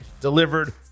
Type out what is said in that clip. delivered